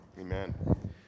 Amen